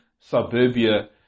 Suburbia